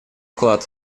вклад